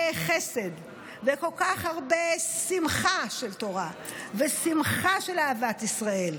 חסד וכל כך הרבה שמחה של תורה ושמחה של אהבת ישראל,